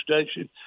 station